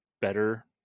better